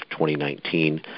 2019